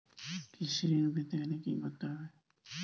কৃষি ঋণ পেতে গেলে কি করতে হবে?